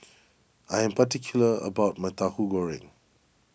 I am particular about my Tauhu Goreng